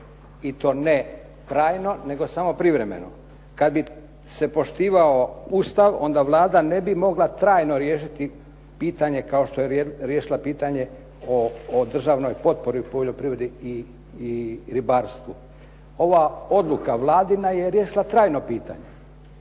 I to ne trajno nego samo privremeno. Kad bi se poštivao Ustav onda Vlada ne bi mogla trajno riješiti pitanje kao što je riješila pitanje o državnoj potpori u poljoprivredi i ribarstvu. Ova odluka Vladina je riješila trajno pitanje